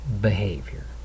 behavior